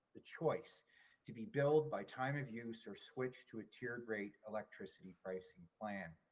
the choice to be billed by time of use or switch to a tiered rate electricity pricing plan.